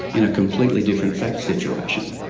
in a completely different fact situation.